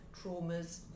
traumas